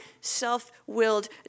self-willed